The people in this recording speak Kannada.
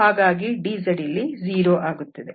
ಹಾಗಾಗಿ dz ಇಲ್ಲಿ 0 ಆಗುತ್ತದೆ